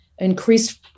increased